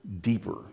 deeper